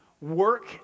work